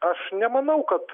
aš nemanau kad